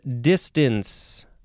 distance